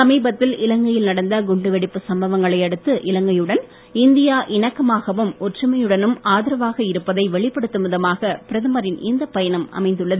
சமீபத்தில் இலங்கையில் நடந்த குண்டுவெடிப்பு சம்பவங்களையடுத்து இலங்கையுடன் இந்தியா இணக்கமாகவும் ஒற்றுமையுடனும் ஆதரவாக இருப்பதை வெளிப்படுத்தும் விதமாக பிரதரின் இந்தப் பயணம் அமைந்துள்ளது